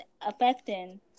affecting